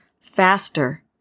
faster